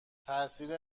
تاثیر